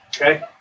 Okay